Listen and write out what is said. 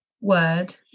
word